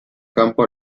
campo